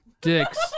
dicks